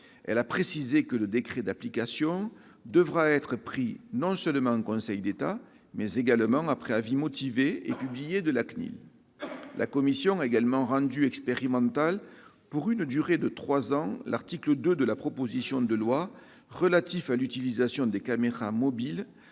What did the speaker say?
Elle a précisé que le décret d'application devra être pris en Conseil d'État, après avis motivé et publié de la CNIL. La commission a également rendu expérimental, pour une durée de trois ans, l'article 2 de la proposition de loi relatif à l'utilisation des caméras mobiles